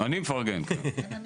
אני מפרגן, כן.